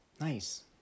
Nice